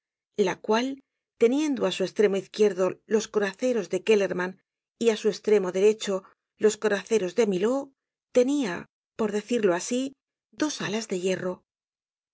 la cual teniendo á su estremo izquierdo los coraceros de kellermann y á su estremo derecho los coraceros de milhaud tenia por decirlo asi dos alas de hierro